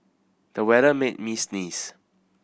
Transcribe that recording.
the weather made me sneeze